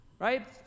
Right